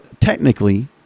technically